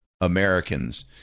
Americans